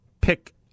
pick